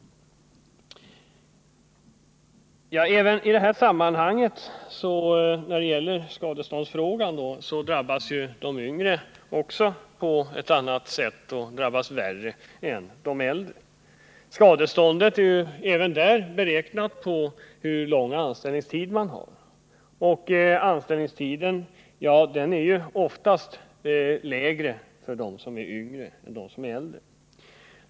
Även när det gäller skadestånd drabbas de yngre värre än de äldre. Skadeståndet är ju beräknat på anställningstidens längd, och den är naturligtvis oftast lägre för de yngre.